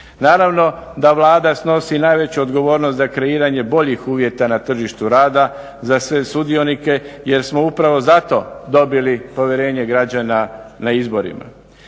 Naravno da Vlada snosi najveću odgovornost za kreiranje boljih uvjeta na tržištu rada za sve sudionike jer smo upravo zato dobili povjerenje građana na izborima.